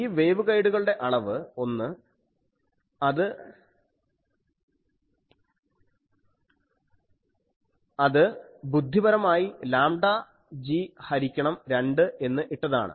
ഈ വേവ്ഗൈഡുകളുടെ അളവ് 1 അത് ബുദ്ധിപരമായി ലാംഡ g ഹരിക്കണം 2 എന്ന് ഇട്ടതാണ്